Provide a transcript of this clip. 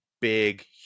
big